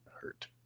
hurt